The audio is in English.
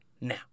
now